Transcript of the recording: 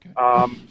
Okay